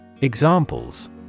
Examples